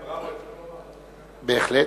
בהחלט.